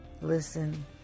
listen